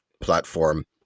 platform